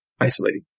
isolating